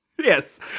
Yes